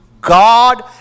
God